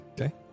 Okay